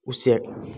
ꯎꯆꯦꯛ